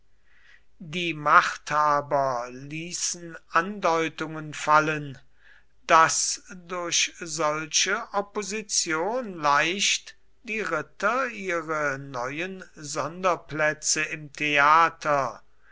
die machthaber ließen andeutungen fallen daß durch solche opposition leicht die ritter ihre neuen sonderplätze im theater